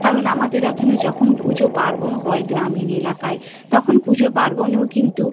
কারণ আমাদের এখানে যখন পুজো পার্বণ হয় গ্রামীণ এলাকায় তখন পুজো পার্বণেও কিন্তু